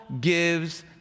gives